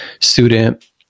student